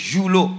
Julo